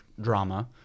drama